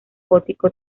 gótico